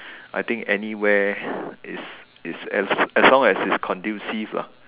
I think anywhere is is as as long as it's conducive lah